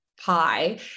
pie